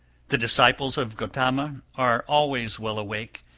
the disciples of gotama are always well awake,